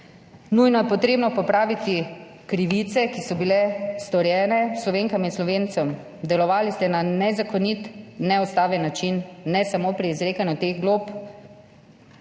Nujno je treba popraviti krivice, ki so bile storjene Slovenkam in Slovencem. Delovali ste na nezakonit, neustaven način, ne samo pri izrekanju teh glob,